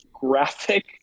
graphic